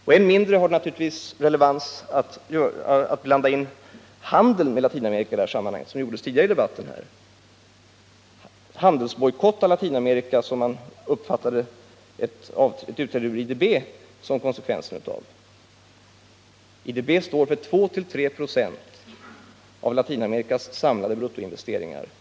Än mindre relevans har det naturligtvis att — vilket gjordes tidigare i debatten — i detta sammanhang blanda in handeln med Latinamerika. En handelsbojkott mot Latinamerika har man ju uppfattat som konsekvensen av ett utträde ur IDB. IDB svarar alltså för 2 äå 3 26 av Latinamerikas samlade bruttoinvesteringar.